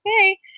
okay